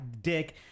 Dick